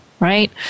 Right